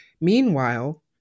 Meanwhile